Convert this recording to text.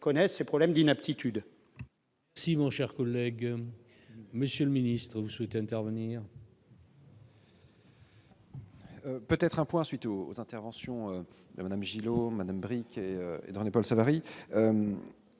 connaissent ces problèmes d'inaptitude.